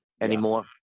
anymore